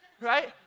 right